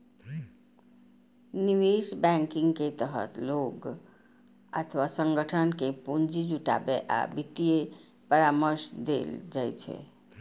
निवेश बैंकिंग के तहत लोग अथवा संगठन कें पूंजी जुटाबै आ वित्तीय परामर्श देल जाइ छै